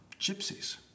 gypsies